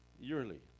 yearly